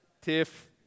Tiff